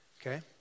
Okay